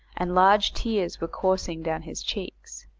and large tears were coursing down his cheeks.